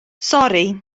sori